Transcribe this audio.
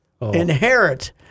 inherit